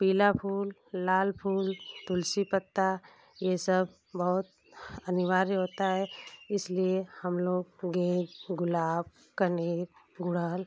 पीला फूल लाल फूल तुलसी पत्ता ये सब बहुत अनिवार्य होता है इसलिए हम लोग गेंद गुलाब कनेर गुड़हल